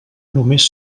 només